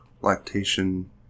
lactation